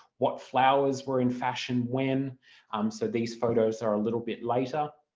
what flowers were in fashion when um so these photos are a little bit later.